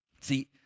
See